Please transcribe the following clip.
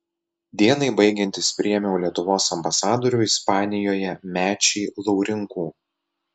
dienai baigiantis priėmiau lietuvos ambasadorių ispanijoje mečį laurinkų